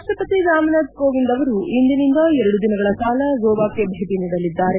ರಾಷ್ಲಪತಿ ರಾಮನಾಥ್ ಕೋವಿಂದ್ ಅವರು ಇಂದಿನಿಂದ ಎರಡು ದಿನಗಳ ಕಾಲ ಗೋವಾಕ್ಕೆ ಭೇಟ ನೀಡಲಿದ್ದಾರೆ